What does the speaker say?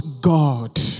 God